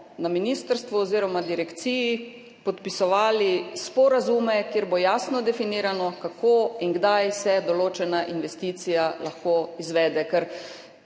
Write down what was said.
na ministrstvu oziroma Direkciji podpisovali sporazume, kjer bo jasno definirano, kako in kdaj se določena investicija lahko izvede.